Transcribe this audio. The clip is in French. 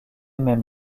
même